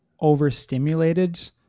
overstimulated